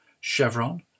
Chevron